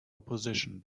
opposition